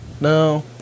no